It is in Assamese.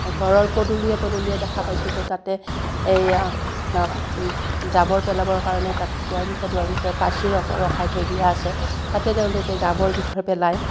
ঘৰৰ পদূলিয়ে পদূলিয়ে দেখা পাইছোঁ যে তাতে এইয়া জাবৰ পেলাবৰ কাৰণে তাত দুৱাৰমুুখে দুৱাৰমুখে পাচি ৰখাই থৈ দিয়া আছে তাতে তেওঁলোকে জাবৰ জোঁথৰ পেলায়